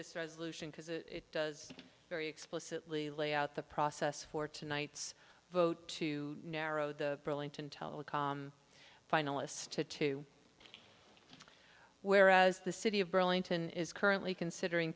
this resolution because it does very explicitly lay out the process for tonight's vote to narrow the burlington telecom finalists to two whereas the city of burlington is currently considering